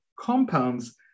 compounds